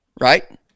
Right